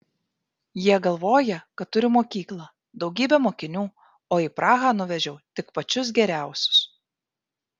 jie galvoja kad turiu mokyklą daugybę mokinių o į prahą nuvežiau tik pačius geriausius